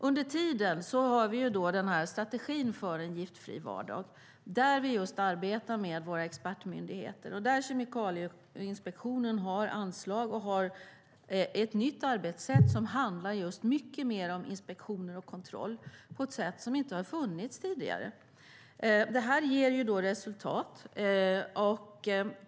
Under tiden har vi strategin för en giftfri vardag, där vi arbetar med våra expertmyndigheter och där Kemikalieinspektionen får anslag. Kemikalieinspektionen har ett nytt arbetssätt. Det handlar mycket mer om inspektioner och kontroll än tidigare, och det ger resultat.